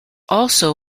also